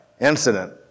incident